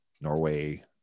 Norway